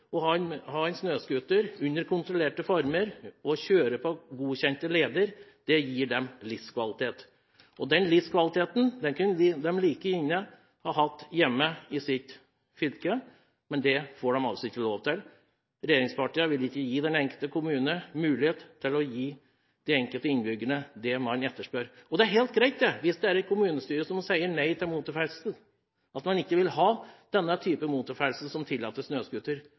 å ha en snøscooter i kontrollerte former og kjøre på godkjente leder gir dem livskvalitet. Den livskvaliteten kunne de like gjerne hatt hjemme i sitt eget fylke, men det får de altså ikke lov til. Regjeringspartiene vil ikke gi den enkelte kommune mulighet til å gi innbyggerne det de etterspør. Det er helt greit hvis det er et kommunestyre som sier nei, og som ikke vil ha denne typen motorferdsel og ikke tillater snøscooter